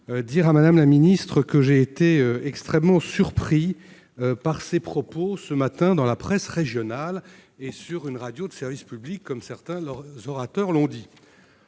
dire à Mme la secrétaire d'État que j'ai été extrêmement surpris par ses propos, ce matin, dans la presse régionale et sur une radio de service public. Certains orateurs s'en sont